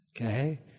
Okay